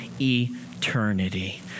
eternity